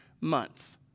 months